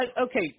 Okay